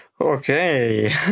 Okay